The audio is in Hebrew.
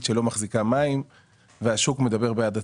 שלא מחזיקה מים והשוק מדבר בעד עצמו.